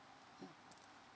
mm